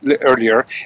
earlier